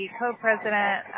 co-president